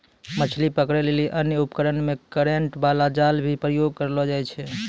मछली पकड़ै लेली अन्य उपकरण मे करेन्ट बाला जाल भी प्रयोग करलो जाय छै